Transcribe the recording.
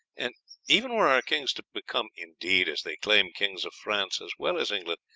and even were our kings to become indeed, as they claim, kings of france as well as england,